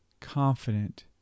confident